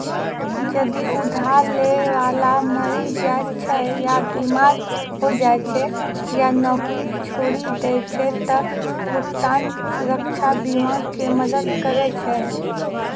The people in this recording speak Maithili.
जदि उधार लै बाला मरि जाय छै या बीमार होय जाय छै या नौकरी छोड़ि दै छै त भुगतान सुरक्षा बीमा ही मदद करै छै